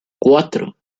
cuatro